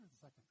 second